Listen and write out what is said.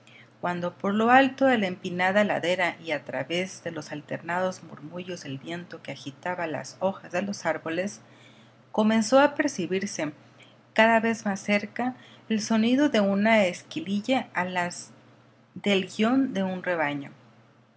cuando por lo alto de la empinada ladera y a través de los alternados murmullos del viento que agitaba las hojas de los árboles comenzó a percibirse cada vez más cerca el sonido de una esquililla a las del guión de un rebaño